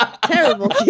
Terrible